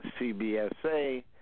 CBSA